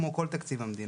כמו כל תקציב המדינה.